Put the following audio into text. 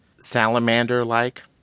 salamander-like